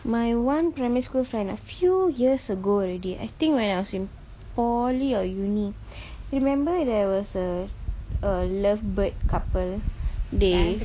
my one primary school friend a few years ago already I think when I was in poly or uni remember there was a a love bird couple they